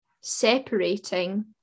separating